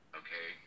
okay